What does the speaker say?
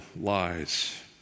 lies